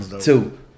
Two